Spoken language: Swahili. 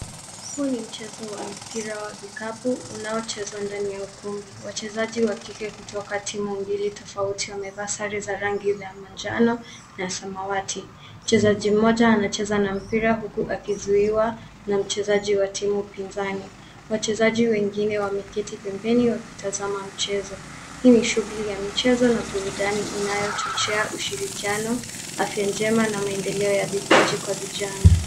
Huu ni mchezo wa mpira wa vikapu unaochezwa ndani ya ukumbi. Wachezaji wa kike kutoka timu mbili tofauti wamevaa sare za rangi ya manjano na samawati. Mchezaji mmoja anacheza na mpira huku akizuiwa na mchezaji wa timu pinzani. Wachezaji wengine wameketi pembeni wakitazama mchezo. Hii ni shughuli ya mchezo na burudani inayochochea ushirikiano, afya njema na maendeleo ya vipaji kwa vijana.